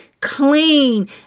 clean